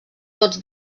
tots